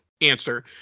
answer